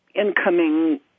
incoming